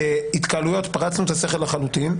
בהתקהלויות פרצנו את הסכר לחלוטין,